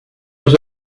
was